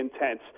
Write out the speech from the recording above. intense